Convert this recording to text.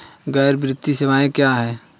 गैर वित्तीय सेवाएं क्या हैं?